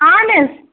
اَہَن حظ